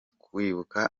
kwibuka